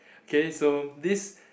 K so this